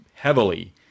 heavily